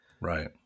right